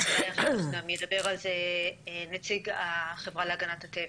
בוודאי אחר כך גם ידבר על זה נציג החברה להגנת הטבע.